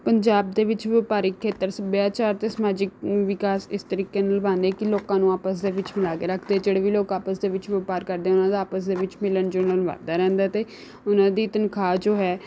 ਪੰਜਾਬ ਦੇ ਵਿੱਚ ਵਪਾਰਕ ਖੇਤਰ ਸੱਭਿਆਚਾਰ ਅਤੇ ਸਮਾਜਿਕ ਵਿਕਾਸ ਇਸ ਤਰੀਕੇ ਨਿਭਾਉਣੇ ਕਿ ਲੋਕਾਂ ਨੂੰ ਆਪਸ ਦੇ ਵਿੱਚ ਬਣਾ ਕੇ ਰੱਖਦੇ ਜਿਹੜੇ ਵੀ ਲੋਕ ਆਪਸ ਦੇ ਵਿੱਚ ਵਪਾਰ ਕਰਦੇ ਉਹਨਾਂ ਦਾ ਆਪਸ ਦੇ ਵਿੱਚ ਮਿਲਣ ਜੁਲਣ ਵੱਧਦਾ ਰਹਿੰਦਾ ਹੈ ਅਤੇ ਉਹਨਾਂ ਦੀ ਤਨਖਾਹ ਜੋ ਹੈ